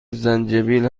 زنجبیل